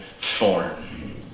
form